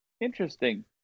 interesting